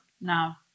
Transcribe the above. no